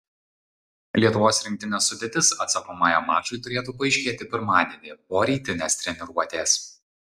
lietuvos rinktinės sudėtis atsakomajam mačui turėtų paaiškėti pirmadienį po rytinės treniruotės